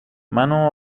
منو